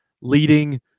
Leading